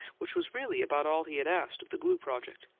which was really about all he had asked of the glue project.